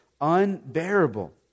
unbearable